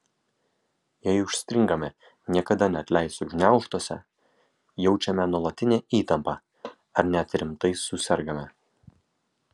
jei užstringame niekada neatleisiu gniaužtuose jaučiame nuolatinę įtampą ar net rimtai susergame